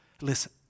Listen